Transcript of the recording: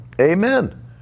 amen